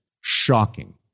shocking